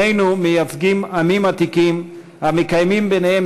שנינו מייצגים עמים עתיקים המקיימים ביניהם